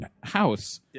house